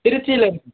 திருச்சியில் இருக்குது